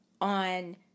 on